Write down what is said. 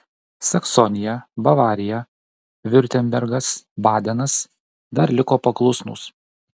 saksonija bavarija viurtembergas badenas dar liko paklusnūs